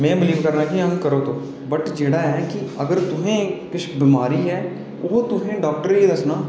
में बिलीव करना कि आं करो बट जेह्ड़ा ऐ कि अगर तुसें ई किश बमारी ऐ ओह् तुसें डाक्टर गी दस्सना